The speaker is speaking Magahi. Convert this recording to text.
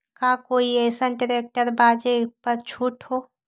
का कोइ अईसन ट्रैक्टर बा जे पर छूट हो?